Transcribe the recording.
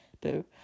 Boo